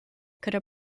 could